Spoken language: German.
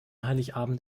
heiligabend